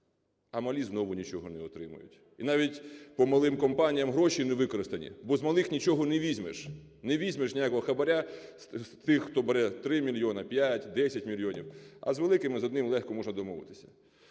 а малі знову нічого не отримують. І навіть по малим компаніям гроші не використані, бо з малих нічого не візьмеш, не візьмеш ніякого хабара з тих, хто бере 3 мільйони, 5, 10 мільйонів, а з великими з одним легко можна домовитись.